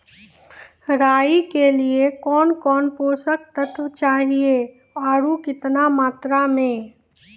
राई के लिए कौन कौन पोसक तत्व चाहिए आरु केतना मात्रा मे?